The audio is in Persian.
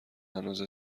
هنوز